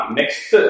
next